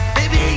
Baby